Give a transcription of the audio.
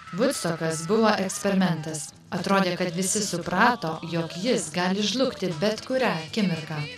vudstokas buvo eksperimentas atrodė kad visi suprato jog jis gali žlugti bet kurią akimirką